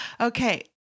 Okay